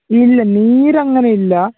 ഇല്ല നീരങ്ങനെയില്ല